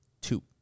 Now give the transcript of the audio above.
Two